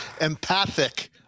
empathic